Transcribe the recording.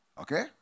Okay